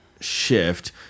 shift